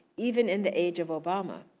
even in the age of obama.